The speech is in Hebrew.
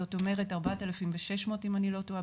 זאת אומרת 4,600 אם אני לא טועה,